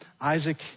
Isaac